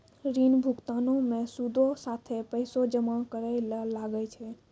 ऋण भुगतानो मे सूदो साथे पैसो जमा करै ल लागै छै